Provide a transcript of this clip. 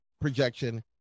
projection